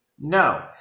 No